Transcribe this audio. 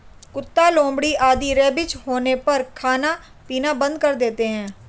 कुत्ता, लोमड़ी आदि रेबीज होने पर खाना पीना बंद कर देते हैं